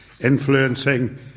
influencing